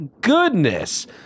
goodness